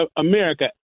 America